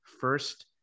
first